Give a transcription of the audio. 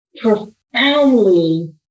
profoundly